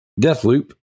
Deathloop